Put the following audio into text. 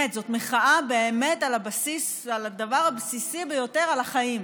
זו מחאה באמת על הדבר הבסיסי ביותר, על החיים,